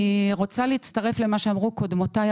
אני רוצה להצטרף למה שאמרו קודמותיי,